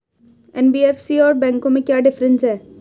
NBFC और बैंकों में क्या डिफरेंस है?